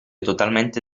totalmente